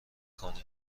کنی